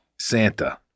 Santa